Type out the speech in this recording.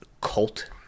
cult